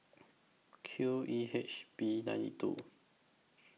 Q E H B nine two